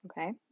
okay